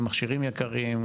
ועל מכשירים יקרים,